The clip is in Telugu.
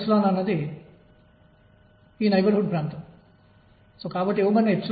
మరియు దీనికి దారితీసేది 22mE L nh కు దారితీస్తుంది